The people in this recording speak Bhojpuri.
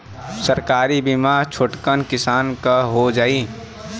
सरकारी बीमा छोटकन किसान क हो जाई?